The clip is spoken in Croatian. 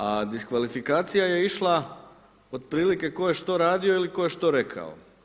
A diskvalifikacija je išla, otprilike tko je što radio ili tko je što rekao.